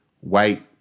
white